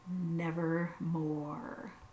Nevermore